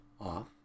off